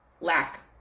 lack